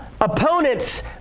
Opponents